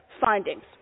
findings